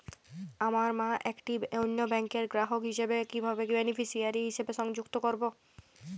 আমার মা একটি অন্য ব্যাংকের গ্রাহক হিসেবে কীভাবে বেনিফিসিয়ারি হিসেবে সংযুক্ত করব?